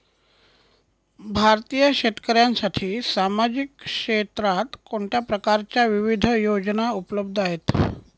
भारतीय शेतकऱ्यांसाठी सामाजिक क्षेत्रात कोणत्या प्रकारच्या विविध योजना उपलब्ध आहेत?